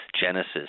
Genesis